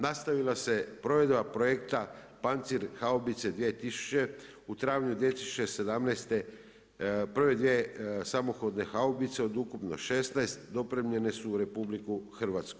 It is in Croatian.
Nastavila se provedba projekta pancir haubice 2000 u travnju 2017. prve dvije samohodne haubice od ukupno 16 dopremljene su u RH.